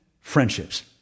friendships